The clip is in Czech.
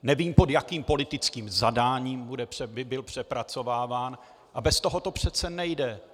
Nevím, pod jakým politickým zadáním by byl přepracováván, a bez toho to přece nejde.